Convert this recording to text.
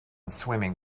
swimming